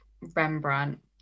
rembrandt